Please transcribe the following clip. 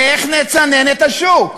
איך נצנן את השוק?